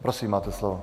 Prosím, máte slovo.